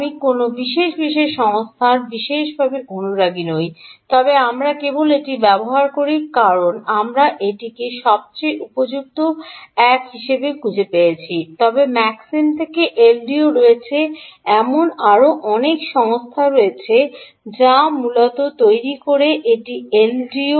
আমি কোনও বিশেষ বিশেষ সংস্থার বিশেষভাবে অনুরাগী নই তবে আমরা কেবল এটি ব্যবহার করি কারণ আমরা এটিকে সবচেয়ে উপযুক্ত এক হিসাবে খুঁজে পেয়েছি তবে ম্যাক্সিম থেকে এলডিও রয়েছে এমন আরও অনেক সংস্থা রয়েছে যা মূলত তৈরি করে একটি এলডিও